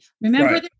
Remember